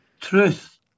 truth